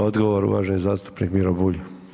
Odgovor uvaženi zastupnik Miro Bulj.